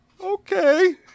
okay